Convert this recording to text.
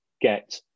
get